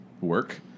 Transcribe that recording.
work